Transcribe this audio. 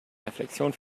reflexion